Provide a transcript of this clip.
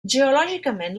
geològicament